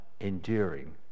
enduring